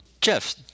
jeff